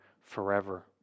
forever